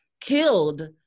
killed